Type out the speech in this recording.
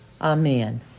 Amen